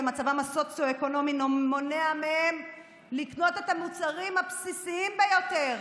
ומצבן הסוציו-אקונומי מונע מהן לקנות את המוצרים הבסיסיים ביותר.